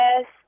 yes